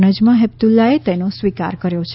નજમા હેપતુલ્લાએ તેનો સ્વીકાર કર્યો છે